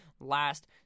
last